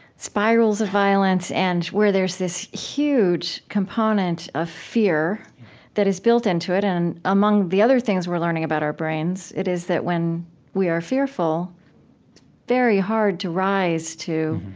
spirals of violence, and where there's this huge component of fear that is built into it and among the other things we're learning about our brains, it is that when we are fearful, it's very hard to rise to